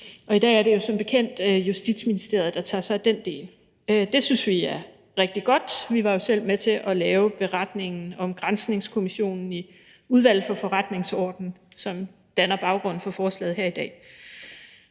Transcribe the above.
I dag er det som bekendt Justitsministeriet, der tager sig af den del. Det synes vi er rigtig godt. Vi var jo selv med til at lave den beretning om granskningskommissionen i Udvalget for Forretningsordenen, som danner baggrunden for forslaget her i dag.